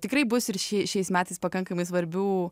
tikrai bus ir šiai šiais metais pakankamai svarbių